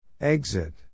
Exit